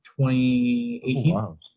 2018